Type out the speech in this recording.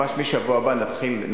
ממש מהשבוע הבא נתחיל.